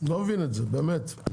לא מבין את זה, באמת.